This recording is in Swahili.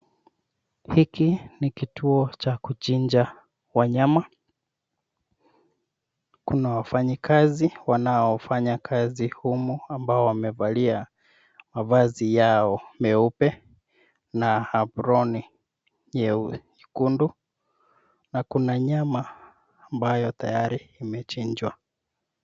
Hiki ni kituo cha kuchiinja wanyama. Kuna wafanyikazi wanaofanya kazi humu, ambao wamevalia mavazi yao meupe na aproni nyekundu. Na kuna nyama ambayo tayari imechinjwa.